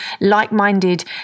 like-minded